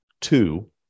two